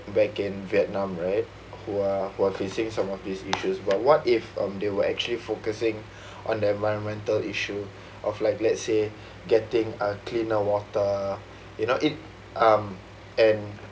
back in vietnam right who are who are facing some of these issues but what if um they were actually focusing on the environmental issue of like let's say getting uh cleaner water you know it um and